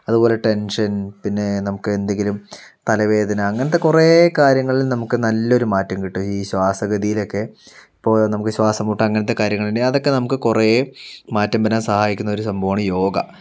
അതുപോലെ ടെൻഷൻ പിന്നെ നമുക്ക് എന്തെങ്കിലും തലവേദന അങ്ങനത്തെ കുറേ കാര്യങ്ങളിൽ നിന്ന് നമുക്ക് നല്ലൊരു മാറ്റം കിട്ടും ഈ ശ്വാസഗതിയിലൊക്കെ ഇപ്പോൾ നമുക്ക് ശ്വാസംമുട്ട് അങ്ങനത്തെ കാര്യങ്ങൾ ഉണ്ടെങ്കിൽ അതൊക്കെ നമുക്ക് കുറേ മാറ്റം വരാൻ സഹായിക്കുന്ന ഒരു സംഭവമാണ് യോഗ